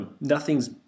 nothing's